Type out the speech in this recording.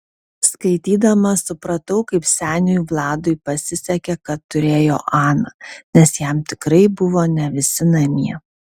skaitydama supratau kaip seniui vladui pasisekė kad turėjo aną nes jam tikrai buvo ne visi namie